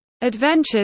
adventures